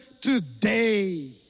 today